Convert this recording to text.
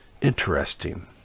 Interesting